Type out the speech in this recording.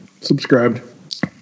Subscribed